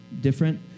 different